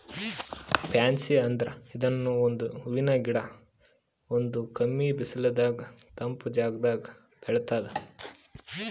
fancy ಅಂದ್ರ ಇದೂನು ಒಂದ್ ಹೂವಿನ್ ಗಿಡ ಇದು ಕಮ್ಮಿ ಬಿಸಲದಾಗ್ ತಂಪ್ ಜಾಗದಾಗ್ ಬೆಳಿತದ್